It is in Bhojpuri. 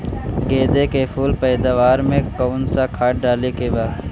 गेदे के फूल पैदवार मे काउन् सा खाद डाले के बा?